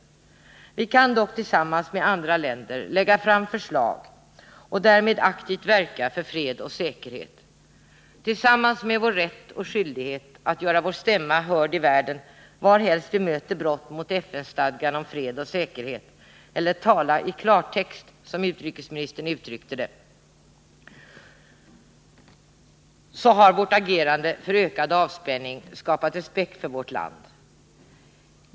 Sverige kan dock tillsammans med andra länder lägga fram förslag och därmed aktivt verka för fred och säkerhet. Tillsammans med vår rätt och skyldighet att göra vår stämma hörd i världen varhelst vi möter brott mot FN-stadgan om fred och säkerhet, eller tala i klartext som utrikesministern uttryckte det, har vårt agerande för ökad avspänning skapat respekt för vårt land.